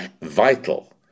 vital